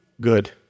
good